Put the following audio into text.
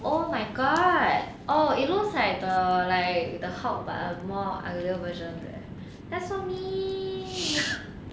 oh my god oh it looks like the like the hulk but a more uglier version the that's so mean